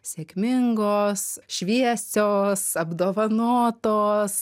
sėkmingos šviesios apdovanotos